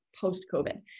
post-COVID